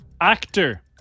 Actor